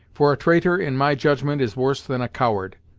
for a traitor, in my judgment, is worse than a coward.